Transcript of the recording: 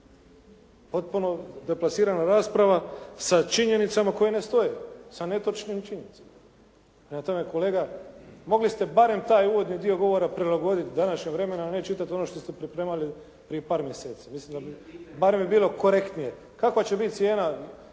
Potpuno deplasirana rasprava, sa činjenicama koje ne stoje, sa netočnim činjenicama. Prema tome, kolega mogli ste barem taj uvodni dio govora prilagoditi današnjem vremenu, a ne čitati ono što ste pripremali prije par mjeseci. Mislim da bi, barem bi bilo korektnije. Kakva će biti cijena